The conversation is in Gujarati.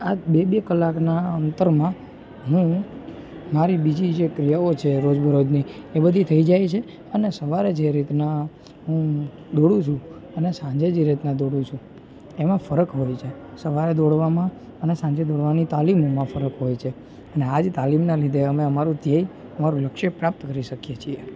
આ બે બે કલાકના અંતરમાં હું મારી જે બીજી ક્રિયાઓ છે રોજબરોજની એ બધું થઈ જાય છે અને સવારે જે રીતના હું દોડું છું અને સાંજે જે રીતના દોડું છું એમાં ફરક હોય છે સવારે દોડવામાં અને સાંજે દોડવાની તાલીમોમાં ફરક હોય છે આ જ તાલીમના લીધે અમે અમારું ધ્યેય અમારું લક્ષ્ય પ્રાપ્ત કરી શકીએ છીએ